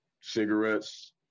Cigarettes